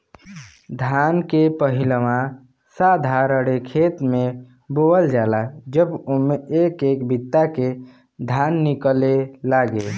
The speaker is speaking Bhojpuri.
धान के पहिलवा साधारणे खेत मे बोअल जाला जब उम्मे एक एक बित्ता के धान निकले लागे